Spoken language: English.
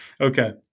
Okay